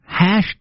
Hashtag